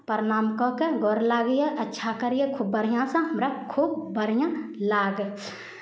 प्रणाम कऽ कऽ गोर लगियै अच्छा करियै खूब बढ़िआँसँ हमरा खूब बढ़िआँ लागै